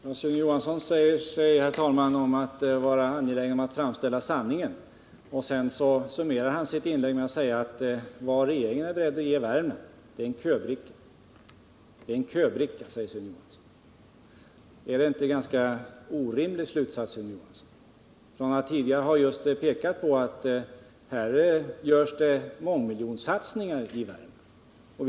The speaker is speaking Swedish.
Herr talman! Sune Johansson säger sig vara angelägen om att framställa sanningen. Sedan summerar han sitt inlägg med att säga att vad regeringen är beredd att ge Värmland är en köbricka. Är det inte en ganska orimlig slutsats, Sune Johansson, efter att tidigare ha pekat just på att det görs mångmiljonsatsningar i Värmland?